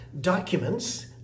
documents